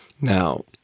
Now